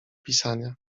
pisania